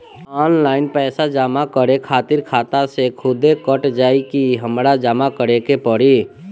Online पैसा जमा करे खातिर खाता से खुदे कट जाई कि हमरा जमा करें के पड़ी?